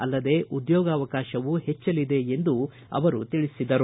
ಅಲ್ಲದೇ ಉದ್ಯೋಗಾವಕಾಶವೂ ಹೆಚ್ಚಲಿದೆ ಎಂದು ಅವರು ತಿಳಿಸಿದರು